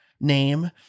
name